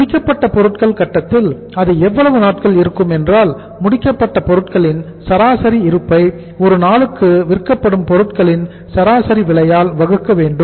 முடிக்கப்பட்ட பொருட்கள் கட்டத்தில் அது எவ்வளவு நாட்கள் இருக்கும் என்றால் முடிக்கப்பட்ட பொருட்களின் சராசரி இருப்பை ஒரு நாளுக்கு விற்கப்படும் பொருட்களின் சராசரி விலையால் வகுக்க வேண்டும்